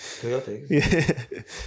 Chaotic